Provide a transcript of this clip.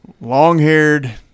long-haired